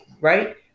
right